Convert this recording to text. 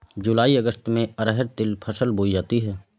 जूलाई अगस्त में अरहर तिल की फसल बोई जाती हैं